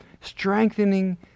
strengthening